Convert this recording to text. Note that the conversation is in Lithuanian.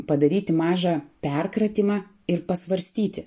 padaryti mažą perkratymą ir pasvarstyti